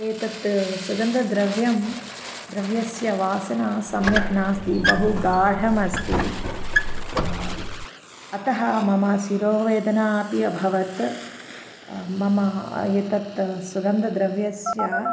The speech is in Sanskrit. एतत् सुगन्धद्रव्यं द्रव्यस्य वासना सम्यक् नास्ति बहु गाढमस्ति अतः मम शिरोवेदनापि अभवत् मम एतत् सुगन्धद्रव्यस्य